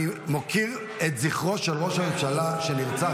אני מוקיר את זכרו של ראש הממשלה רבין שנרצח.